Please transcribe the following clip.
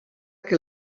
que